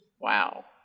Wow